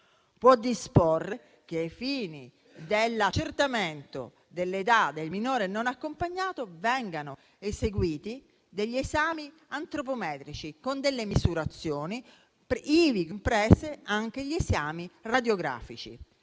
può disporre che, ai fini dell'accertamento dell'età del minore non accompagnato, vengano eseguiti degli esami antropometrici con delle misurazioni, ivi compresi anche gli esami radiografici.